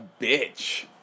bitch